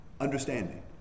Understanding